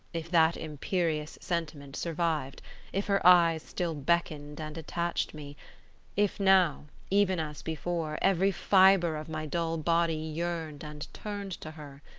if that imperious sentiment survived if her eyes still beckoned and attached me if now, even as before, every fibre of my dull body yearned and turned to her?